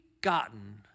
gotten